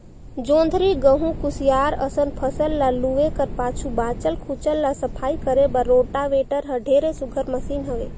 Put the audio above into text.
जोंधरी, गहूँ, कुसियार असन फसल ल लूए कर पाछू बाँचल खुचल ल सफई करे बर रोटावेटर हर ढेरे सुग्घर मसीन हवे